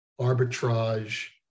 arbitrage